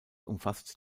umfasst